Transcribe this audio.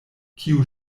kiu